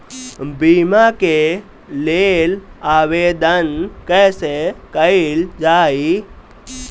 बीमा के लेल आवेदन कैसे कयील जाइ?